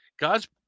God's